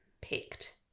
picked